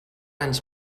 anys